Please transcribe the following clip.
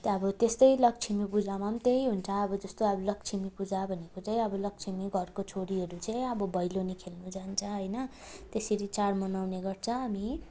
त्यहाँ अब त्यस्तै लक्ष्मी पूजामा पनि त्यही हुन्छ अब लक्ष्मी पूजा भनेको चाहिँ अब लक्ष्मी घरको छोरीहरू चाहिँ अब भैलोनी खेल्न जान्छ हैन त्यसरी चाड मनाउने गर्छ हामी